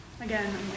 again